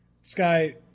Sky